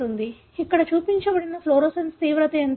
ఇక్కడ చూపించబడినది ఫ్లోరోసెన్స్ తీవ్రత ఎంత